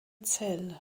zell